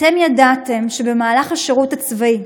אתם ידעתם שבמהלך השירות הצבאי,